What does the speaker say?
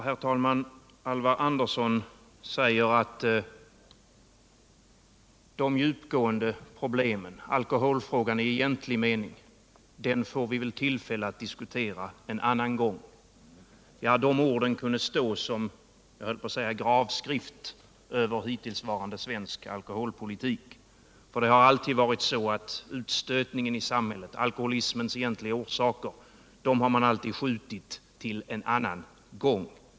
Herr talman! Alvar Andersson säger att det djupgående problemet, alkoholfrågan i egentlig mening, får vi väl tillfälle att diskutera någon annan gång. De orden kunde stå som en gravskrift över den hittillsvarande svenska alkoholpolitiken. Det har alltid varit så, att en diskussion om utstötningen i samhället, alkoholismens egentliga orsak, skjutits upp till ett annat tillfälle.